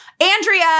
Andrea